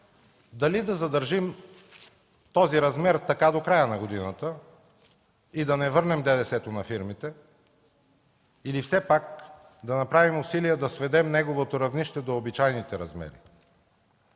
дали да задържим размера така до края на годината и да не върнем ДДС-то на фирмите, или все пак да направим усилия да сведем неговото равнище до обичайните размери?!